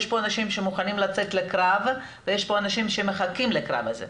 יש פה אנשים שמוכנים לצאת לקרב ויש פה אנשים שמחכים לקרב הזה,